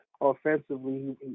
offensively